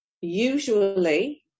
usually